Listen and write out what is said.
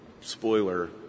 spoiler